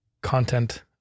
content